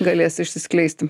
galės išsiskleisti